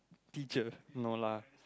teacher no lah